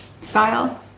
style